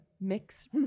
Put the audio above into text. mix